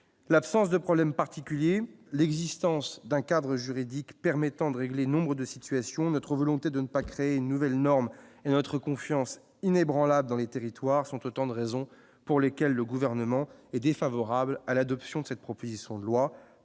l'absence de problèmes particuliers, l'existence d'un cadre juridique permettant de régler nombre de situations, notre volonté de ne pas créer une nouvelle norme et notre confiance inébranlable dans les territoires sont autant de raisons pour lesquelles le gouvernement est défavorable à l'adoption de cette proposition de loi